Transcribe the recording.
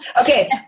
Okay